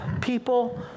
people